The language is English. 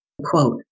quote